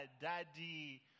daddy